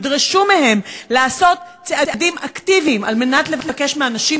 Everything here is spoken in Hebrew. תדרשו מהם לעשות צעדים אקטיביים כדי לבקש מאנשים